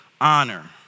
honor